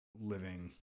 living